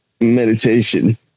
meditation